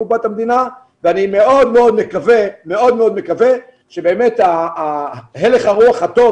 לקופת המדינה ואני מאוד מאוד מקווה שבאמת הלך הרוח הטוב